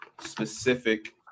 specific